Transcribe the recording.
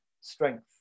strength